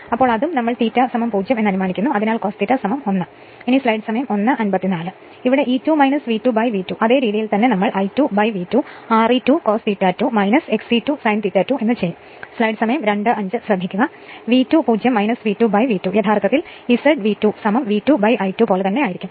അതിനാൽ അതും നമ്മൾ δ 0 എന്ന് അനുമാനിക്കുന്നു അതിനാൽ cos δ 1 അതിനാൽ E 2 V2 V2 അതേ രീതിയിൽ തന്നെ നമ്മൾ I2 V2 R e 2 cos ∅ 2 X e 2 sin ∅ 2 ചെയ്യും അതിനാൽ V2 0 V2V2 യഥാർത്ഥത്തിൽ Z V2 V2I2 പോലെ തന്നെ ആയിരിക്കും